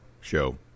show